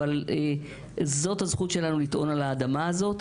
אבל זאת הזכות שלנו לטעון על האדמה הזאת.